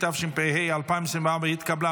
התשפ"ה 2024, נתקבל.